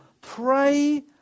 pray